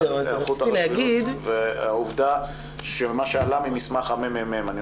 היערכות הרשויות והעובדה שמה שעלה ממסמך הממ"מ.